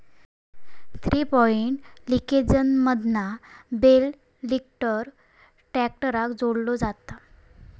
three point लिंकेजमधना bale lifter ट्रॅक्टराक जोडलो जाता